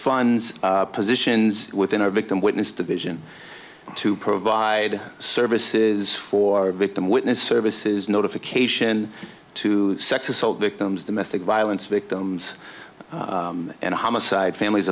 funds positions within our victim witness to vision to provide services for our victim witness services notification to sex assault victims domestic violence victims and homicide families